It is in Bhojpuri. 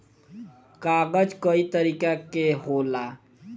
कागज कई तरीका के होला